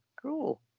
cool